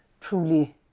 truly